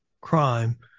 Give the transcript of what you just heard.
crime